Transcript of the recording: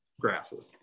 grasses